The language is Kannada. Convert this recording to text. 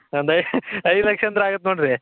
ಒಂದು ಐ ಐದು ಲಕ್ಷ ಅಂದ್ರೆ ಆಗತ್ತೆ ನೋಡ್ರಿ